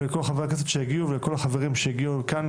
ולכל חברי הכנסת שהגיעו ולכל החברים שהגיעו לכאן,